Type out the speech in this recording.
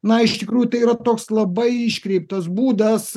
na iš tikrųjų tai yra toks labai iškreiptas būdas